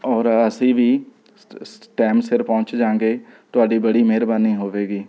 ਔਰ ਅਸੀਂ ਵੀ ਟੈਮ ਸਿਰ ਪਹੁੰਚ ਜਾਵਾਂਗੇ ਤੁਹਾਡੀ ਬੜੀ ਮਿਹਰਬਾਨੀ ਹੋਵੇਗੀ